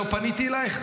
לא פניתי אלייך,